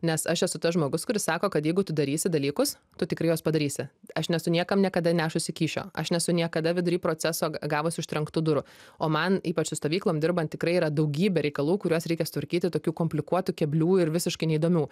nes aš esu tas žmogus kuris sako kad jeigu tu darysi dalykus tu tikrai juos padarysi aš nesu niekam niekada nešusi kyšio aš nesu niekada vidury proceso gavusi užtrenktų durų o man ypač su stovyklom dirbant tikrai yra daugybė reikalų kuriuos reikia sutvarkyti tokių komplikuotų keblių ir visiškai neįdomių